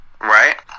Right